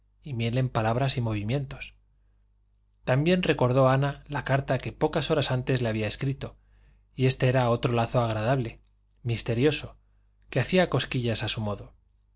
y miel en palabras y movimientos también recordó ana la carta que pocas horas antes le había escrito y este era otro lazo agradable misterioso que hacía cosquillas a su modo